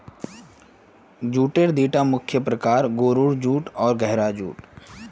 जूटेर दिता मुख्य प्रकार, गोरो जूट आर गहरा जूट